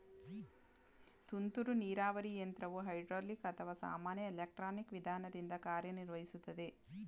ತುಂತುರು ನೀರಾವರಿ ಯಂತ್ರವು ಹೈಡ್ರೋಲಿಕ್ ಅಥವಾ ಸಾಮಾನ್ಯ ಎಲೆಕ್ಟ್ರಾನಿಕ್ ವಿಧಾನದಿಂದ ಕಾರ್ಯನಿರ್ವಹಿಸುತ್ತದೆ